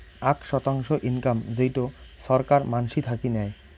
আক শতাংশ ইনকাম যেইটো ছরকার মানসি থাকি নেয়